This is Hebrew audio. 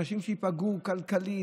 אנשים ייפגעו כלכלית,